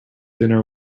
dinner